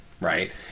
right